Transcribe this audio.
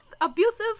abusive